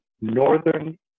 northern